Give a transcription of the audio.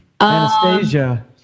Anastasia